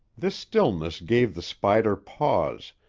this stillness gave the spider pause,